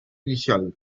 initiale